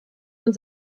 man